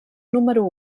número